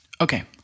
Okay